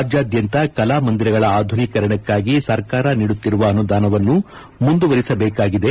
ರಾಜ್ಯಾದ್ಯಂತ ಕಲಾಮಂದಿರಗಳ ಆಧುನೀಕರಣಕ್ಕಾಗಿ ಸರ್ಕಾರ ನೀಡುತ್ತಿರುವ ಅನುದಾನವನ್ನು ಮುಂದುವರಿಸಬೇಕಾಗಿದೆ